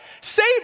Save